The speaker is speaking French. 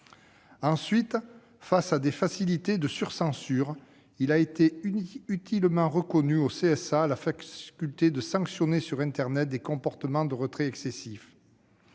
Ensuite, face à des facilités de sur-censure, il a été utilement reconnu au CSA la faculté de sanctionner sur internet des comportements de retrait excessif.